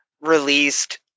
released